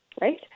right